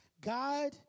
God